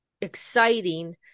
exciting